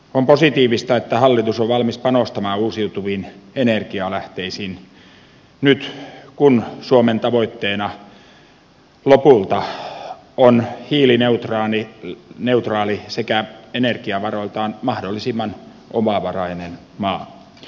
on positiivista että hallitus on valmis panostamaan uusiutuviin energialähteisiin nyt kun suomen tavoitteena lopulta on hiilineutraali sekä energiavaroiltaan mahdollisimman omavarainen maa